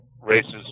races